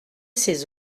ses